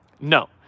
No